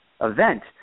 event